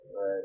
Right